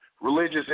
religious